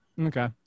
Okay